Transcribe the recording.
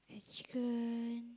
chicken